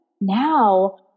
Now